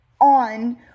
on